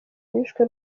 bishwe